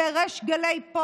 ובריש גלי,